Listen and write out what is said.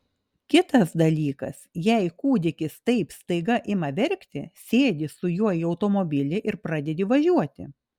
kitas dalykas jei kūdikis taip staiga ima verkti sėdi su juo į automobilį ir pradedi važiuoti